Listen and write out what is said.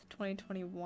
2021